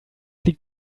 liegt